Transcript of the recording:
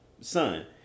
son